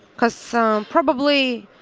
because so probably,